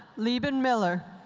liban miller.